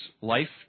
life